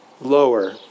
lower